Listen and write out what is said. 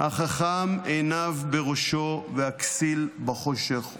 "החכם עיניו בראשו, והכסיל בחֹשך הולך".